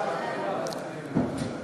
העדפה במכרזים לעסקים